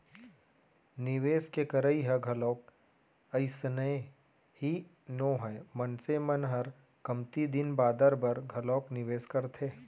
निवेस के करई ह घलोक अइसने ही नोहय मनसे मन ह कमती दिन बादर बर घलोक निवेस करथे